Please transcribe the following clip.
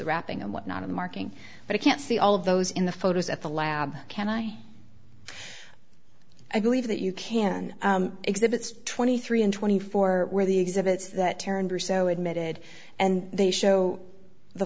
wrapping and whatnot of marking but i can't see all of those in the photos at the lab can i i believe that you can exhibits twenty three and twenty four where the exhibits that turned are so admitted and they show the